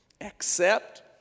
accept